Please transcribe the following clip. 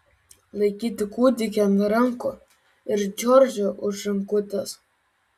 laikyti kūdikį ant rankų ir džordžą už rankutės